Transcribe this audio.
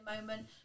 moment